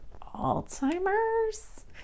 alzheimer's